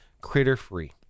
critter-free